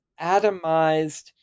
atomized